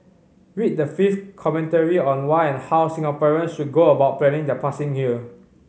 read the fifth commentary on why and how Singaporeans should go about planning their passing here